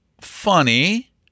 funny